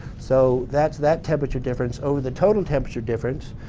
so that's that temperature difference over the total temperature difference.